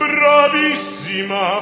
Bravissima